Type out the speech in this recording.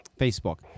Facebook